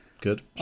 Good